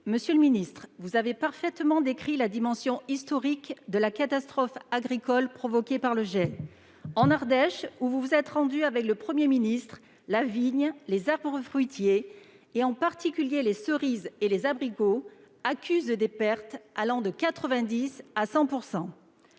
Monsieur le ministre, vous avez parfaitement décrit la dimension historique de la catastrophe agricole provoquée par le gel. En Ardèche, où vous vous êtes rendu avec le Premier ministre, la vigne, les arbres fruitiers et, en particulier, les cerisiers et les abricotiers accusent des pertes allant de 90 % à 100 %.